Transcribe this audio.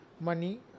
money